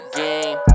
game